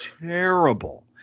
terrible